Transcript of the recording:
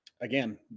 again